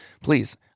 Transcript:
Please